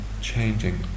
changing